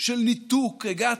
של ניתוק הגעת?